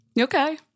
okay